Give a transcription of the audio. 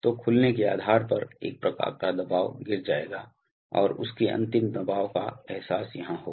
तो खुलने के आधार पर एक प्रकार का दबाव गिर जाएगा और उसके अंतिम दबाव का एहसास यहां होगा